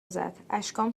زد، اشکام